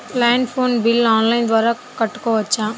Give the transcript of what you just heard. Land phone bill online ద్వారా కట్టుకోవచ్చు?